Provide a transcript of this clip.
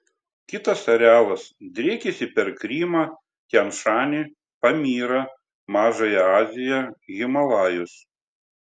kitas arealas driekiasi per krymą tian šanį pamyrą mažąją aziją himalajus